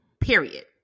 Period